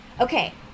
okay